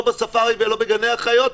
לא בספארי ולא בגני החיות,